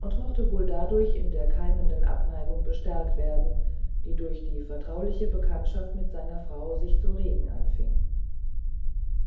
und mochte wohl dadurch in der keimenden abneigung bestärkt werden die durch die vertrauliche bekanntschaft mit seiner frau sich zu regen anfing